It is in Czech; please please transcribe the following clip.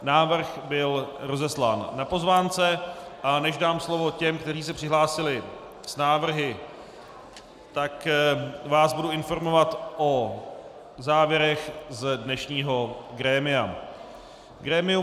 Návrh byl rozeslán na pozvánce, a než dám slovo těm, kteří se přihlásili s návrhy, tak vás budu informovat o závěrech z dnešního grémia.